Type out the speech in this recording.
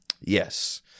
Yes